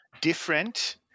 different